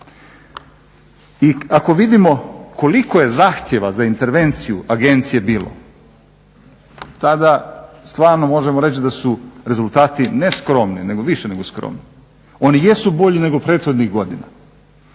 I ako vidimo koliko je zahtjeva za intervenciju agencije bilo tada stvarno možemo reći da su rezultati ne skromni nego više nego skromni. Oni jesu bolji nego prethodnih godina.